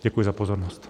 Děkuji za pozornost.